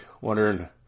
wondering